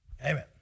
Amen